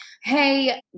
hey